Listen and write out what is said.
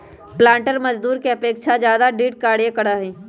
पालंटर मजदूर के अपेक्षा ज्यादा दृढ़ कार्य करा हई